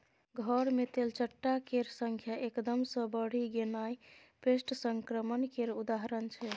घर मे तेलचट्टा केर संख्या एकदम सँ बढ़ि गेनाइ पेस्ट संक्रमण केर उदाहरण छै